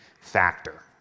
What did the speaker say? factor